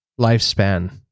lifespan